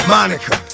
Monica